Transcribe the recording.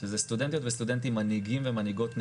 שזה סטודנטיות וסטודנטים מנהיגים ומנהיגות נגישות.